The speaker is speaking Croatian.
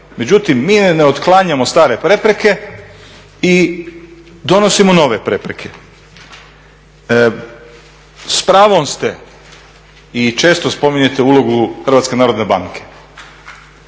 Međutim mi ne otklanjamo stare prepreke i donosimo nove prepreke. S pravom ste i često spominjete ulogu HNB-a. HNB kažete ne